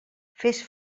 fes